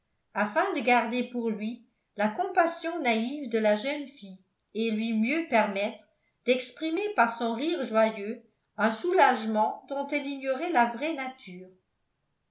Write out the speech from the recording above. afin de garder pour lui la compassion naïve de la jeune fille et lui mieux permettre d'exprimer par son rire joyeux un soulagement dont elle ignorait la vraie nature